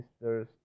sisters